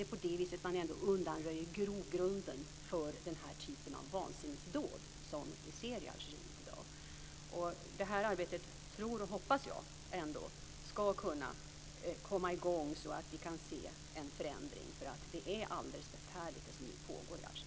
Det är ändå på det viset man undanröjer grogrunden för den typ av vansinnesdåd som vi ser i Algeriet i dag. Detta arbete tror och hoppas jag ändå skall kunna komma i gång, så att vi kan se en förändring. Det som nu pågår i Algeriet är alldeles förfärligt.